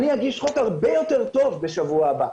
אני אגיש חוק הרבה יותר טוב בשבוע הבא',